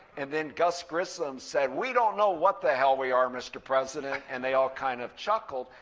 and then gus grissom said, we don't know what the hell we are, mr. president. and they all kind of chuckled.